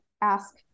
ask